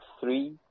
three